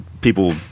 people